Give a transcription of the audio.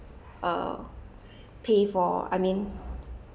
uh pay for I mean